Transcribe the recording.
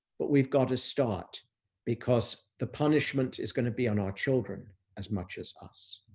but we've got to start because the punishment is going to be on our children as much as us.